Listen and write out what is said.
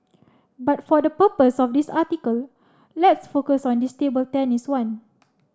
but for the purpose of this article let's focus on this table tennis one